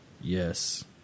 Yes